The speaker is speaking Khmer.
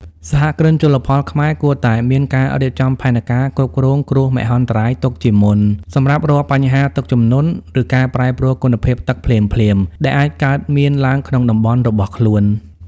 សហគ្រិនជលផលខ្មែរគួរតែមានការរៀបចំផែនការគ្រប់គ្រងគ្រោះមហន្តរាយទុកជាមុន សម្រាប់រាល់បញ្ហាទឹកជំនន់ ឬការប្រែប្រួលគុណភាពទឹកភ្លាមៗដែលអាចកើតមានឡើងក្នុងតំបន់របស់ខ្លួន។